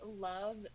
love